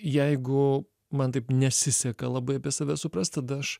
jeigu man taip nesiseka labai save suprast tada aš